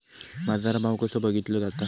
बाजार भाव कसो बघीतलो जाता?